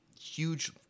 huge